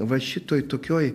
va šitoj tokioj